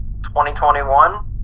2021